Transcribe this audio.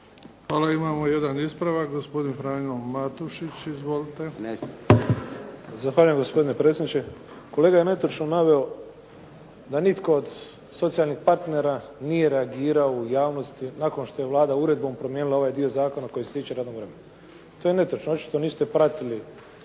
Hvala. Imamo jedan ispravak, gospodin Frano Matušić. Izvolite. **Matušić, Frano (HDZ)** Zahvaljujem gospodine predsjedniče. Kolega je netočno naveo da nitko od socijalnih partnera nije reagirao u javnosti nakon što je Vlada uredbom promijenila ovaj dio zakona koji se tiče radnog vremena. To je netočno. Očito niste pratili